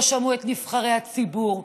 לא שמעו את נבחרי הציבור,